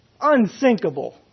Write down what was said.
unsinkable